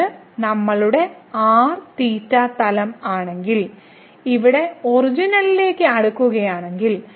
ഇത് നമ്മളുടെ r θ തലം ആണെങ്കിൽ ഇവിടെ ഒറിജിനിലേക്ക് അടുക്കുകയാണെങ്കിൽ